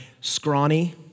scrawny